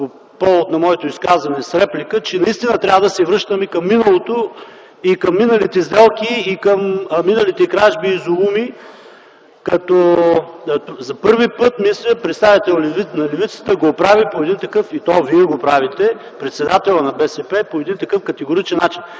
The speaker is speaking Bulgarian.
повод на моето изказване с реплика, че настина трябва да се връщаме към миналото – и към миналите сделки, и към миналите кражби и зулуми, като за първи път мисля, че представител на левицата го прави по един такъв начин, и то Вие го правите – председателят на БСП по един такъв категоричен начин.